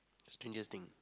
strangest thing